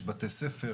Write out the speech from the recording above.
יש בתי ספר,